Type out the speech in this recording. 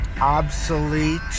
obsolete